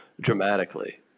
dramatically